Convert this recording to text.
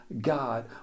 God